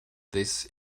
this